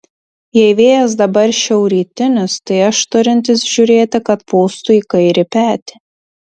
jei vėjas dabar šiaurrytinis tai aš turintis žiūrėti kad pūstų į kairį petį